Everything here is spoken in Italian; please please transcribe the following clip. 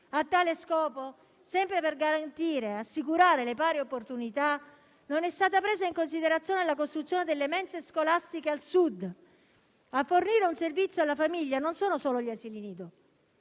A tale scopo, sempre per garantire e assicurare le pari opportunità, non è stata presa in considerazione la costruzione delle mense scolastiche al Sud. A fornire un servizio alla famiglia, non sono solo gli asili nido.